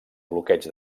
bloqueig